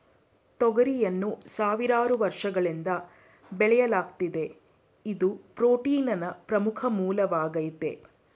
ತೊಗರಿಯನ್ನು ಸಾವಿರಾರು ವರ್ಷಗಳಿಂದ ಬೆಳೆಯಲಾಗ್ತಿದೆ ಇದು ಪ್ರೋಟೀನ್ನ ಪ್ರಮುಖ ಮೂಲವಾಗಾಯ್ತೆ